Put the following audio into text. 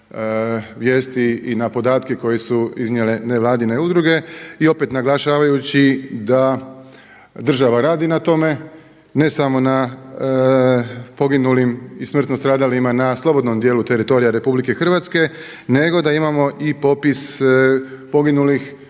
i na podatke koje su iznijele nevladine udruge. I opet naglašavajući da država radi na tome, ne samo na poginulim i smrtno stradalima na slobodnom dijelu teritorija RH nego da imamo i popis poginulih